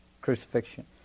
crucifixion